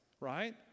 right